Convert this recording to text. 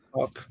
up